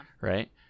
right